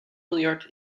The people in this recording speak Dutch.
miljard